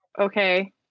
Okay